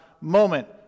moment